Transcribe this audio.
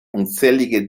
unzählige